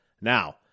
Now